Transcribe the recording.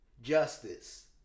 justice